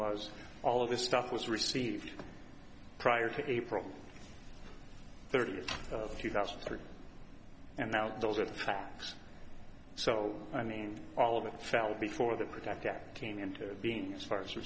was all of this stuff was received prior to april thirtieth two thousand and three and now those are the facts so i mean all of them fell before the project that came into being as far as